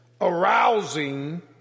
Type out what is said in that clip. arousing